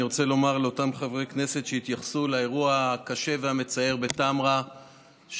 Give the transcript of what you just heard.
אני רוצה לומר לאותם חברי כנסת שהתייחסו לאירוע הקשה בטמרה שכולנו,